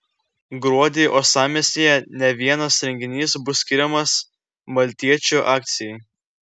gruodį uostamiestyje ne vienas renginys bus skiriamas maltiečių akcijai